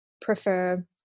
prefer